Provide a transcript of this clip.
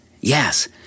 Yes